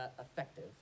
effective